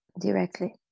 directly